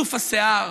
כסוף השיער,